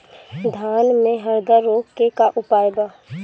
धान में हरदा रोग के का उपाय बा?